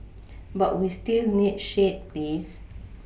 but we still need shade lease